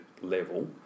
level